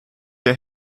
der